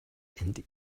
and